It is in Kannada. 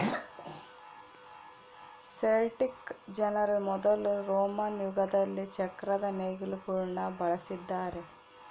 ಸೆಲ್ಟಿಕ್ ಜನರು ಮೊದಲು ರೋಮನ್ ಯುಗದಲ್ಲಿ ಚಕ್ರದ ನೇಗಿಲುಗುಳ್ನ ಬಳಸಿದ್ದಾರೆ